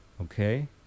okay